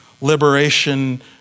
liberation